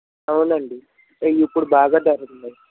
అవునండి ఇవి ఇప్పుడు బాగా ధరలున్నాయి